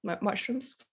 mushrooms